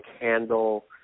handle